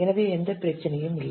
எனவே எந்த பிரச்சனையும் இல்லை